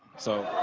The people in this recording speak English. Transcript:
so